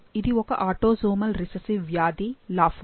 ఇది ఒక autosomal recessive వ్యాధి లాఫోరా